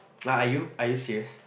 like are you are you serious